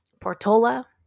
Portola